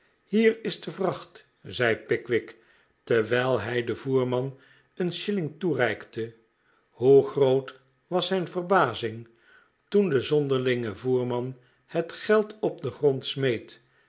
hier is de vracht zei pickwick terwijl hij den voerman een shilling toereikte hoe groot was zijn verbazing toen de zonderlinge voerman het peldop den grond smeet